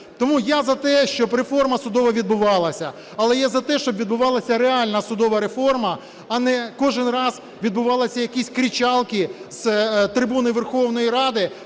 Тому я за те, щоб реформа судова відбувалася, але я за те, щоб відбувалася реальна судова реформа, а не кожен раз відбувалися якісь кричалки з трибуни Верховної Ради